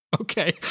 Okay